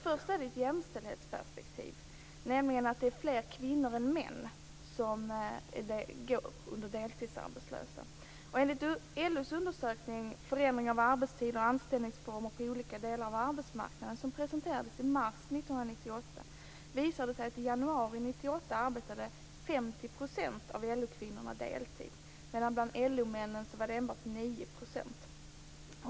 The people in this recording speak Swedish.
Först är det ett jämställdhetsperspektiv, nämligen att det är fler kvinnor än män som är deltidsarbetslösa. Enligt LO:s undersökning Förändring av arbetstider och anställningsformer på olika delar av arbetsmarknaden, som presenterades i mars 1998, arbetade LO-männen var det enbart 9 %.